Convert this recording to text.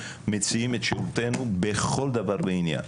מציעים את שירותינו בכל דבר ועניין,